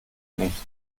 nichts